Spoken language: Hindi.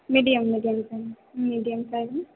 medium medium size medium size में